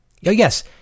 Yes